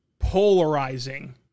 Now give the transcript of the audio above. polarizing